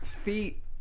Feet